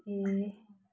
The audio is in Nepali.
ए